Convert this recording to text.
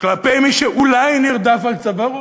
כלפי מי שאולי נרדף על צווארו,